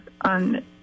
on